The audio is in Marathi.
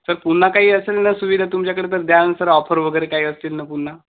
सर पुन्हा काही असेल ना सुविधा तुमच्याकडे तर द्या नं सर ऑफर वगैरे काही असतील ना पुन्हा